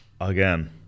again